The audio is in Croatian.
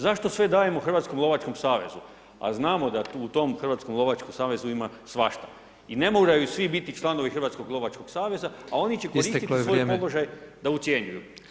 Zašto sve dajemo Hrvatskom lovačkom savezu, a znamo da u tom Hrvatskom lovačkom savezu ima svašta i ne moraju svi biti članovi Hrvatskog lovačkog saveza [[Upadica: Isteklo je vrijeme.]] a oni će iskoristiti svoj položaj da ucjenjuju.